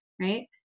right